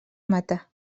mata